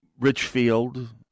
Richfield